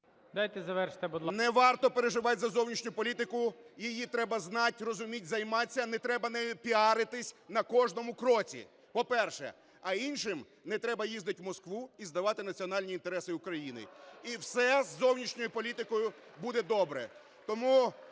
Не варто переживати за зовнішню політику, її треба знати, розуміти, займатися, не треба нею піаритись на кожному кроці, по-перше. А іншим не треба їздить в Москву і здавати національні інтереси України. І все з зовнішньою політикою буде добре.